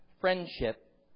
Friendship